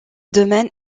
domaine